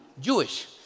Jewish